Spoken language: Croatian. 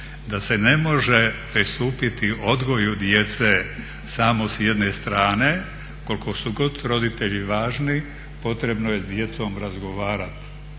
da se ne može pristupiti odgoju djece samo s jedne strane. Koliko god su roditelji važni, potrebno je s djecom razgovarati.